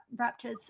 raptors